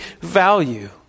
value